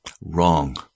Wrong